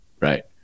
Right